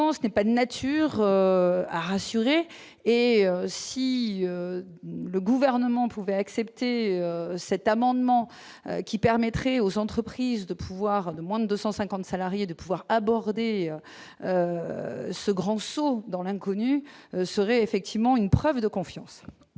ce n'est pas de nature à rassurer et si le gouvernement pouvait accepter cet amendement qui permettrait aux entreprises de pouvoir de moins de 150 salariés de pouvoir aborder ce grand saut dans l'inconnu, serait effectivement une preuve de confiance.